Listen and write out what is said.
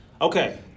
Okay